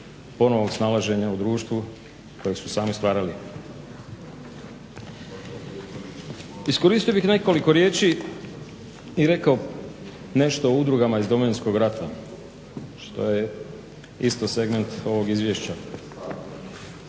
ponovnog snalaženja u društvu kojeg su sami stvarali. Iskoristio bih nekoliko riječi i rekao nešto o udrugama iz Domovinskog rata što je isto segment ovog izvješća.